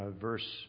verse